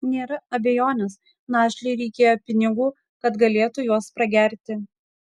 nėra abejonės našliui reikėjo pinigų kad galėtų juos pragerti